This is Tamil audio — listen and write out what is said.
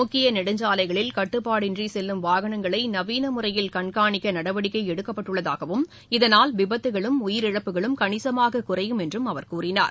முக்கிய நெடுஞ்சாலைகளில் கட்டுப்பாடின்றி செல்லும் வாகனங்களை நவீன முறையில் கண்காணிக்க நடவடிக்கை எடுக்கப்பட்டுள்ளதாகவும் இதனால் விபத்துகளும் உயிரிழப்புகளும் கணிசமாகக் குறையும் என்று அவர் கூறினார்